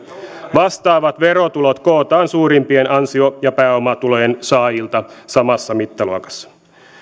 vastaavat verotulot kootaan suurimpien ansio ja pääomatulojen saajilta samassa mittaluokassa